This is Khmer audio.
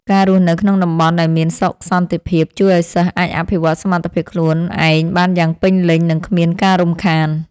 ការរស់នៅក្នុងតំបន់ដែលមានសុខសន្តិភាពជួយឱ្យសិស្សអាចអភិវឌ្ឍសមត្ថភាពខ្លួនឯងបានយ៉ាងពេញលេញនិងគ្មានការរំខាន។